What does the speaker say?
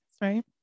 right